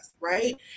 right